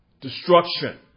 Destruction